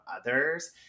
others